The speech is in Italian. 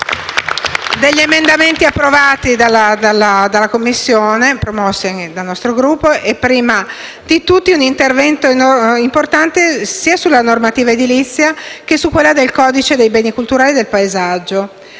alcuni emendamenti approvati, promossi dal nostro Gruppo, e prima di tutti un intervento importante sia sulla normativa edilizia, che su quella del codice dei beni culturali e del paesaggio,